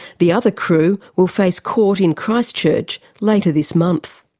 the other crew will face court in christchurch later this month.